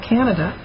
Canada